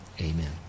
amen